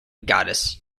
goddess